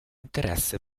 interesse